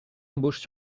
embauches